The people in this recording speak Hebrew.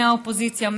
מהאופוזיציה,